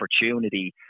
opportunity